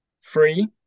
free